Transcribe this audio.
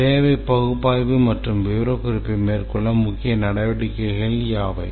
தேவை பகுப்பாய்வு மற்றும் விவரக்குறிப்பை மேற்கொள்ள முக்கிய நடவடிக்கைகள் யாவை